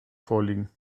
vorliegen